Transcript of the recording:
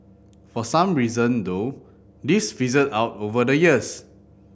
for some reason though this fizzled out over the years